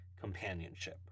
companionship